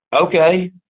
Okay